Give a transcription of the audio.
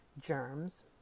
germs